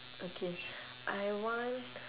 okay I want